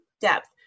depth